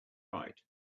right